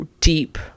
deep